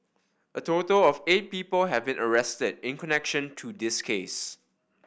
a total of eight people have been arrested in connection to this case